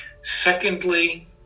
Secondly